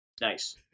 Nice